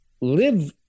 live